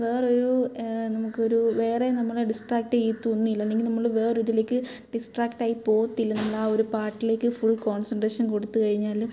വേറൊരു നമുക്കൊരു വേറെ നമ്മളെ ഡിസ്ട്രാക്റ്റ് ചെയ്യത്തും ഒന്നൂല ഒന്നെങ്കിൽ നമ്മൾ വേറൊരിതിലേക്ക് ഡിസ്ട്രാക്റ്റ് ആയി പോവത്തില്ല നമ്മൾ ആ ഒരു പാട്ടിലേക്ക് ഫുൾ കോൺസൻട്രേഷൻ കൊടുത്ത് കഴിഞ്ഞാൽ